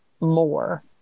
more